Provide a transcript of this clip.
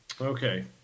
Okay